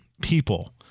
people